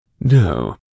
No